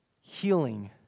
healing